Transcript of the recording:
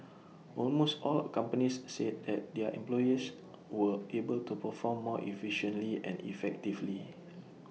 almost all companies said that their employees were able to perform more efficiently and effectively